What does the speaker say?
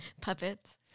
Puppets